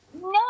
no